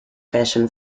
fashion